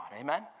Amen